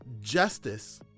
justice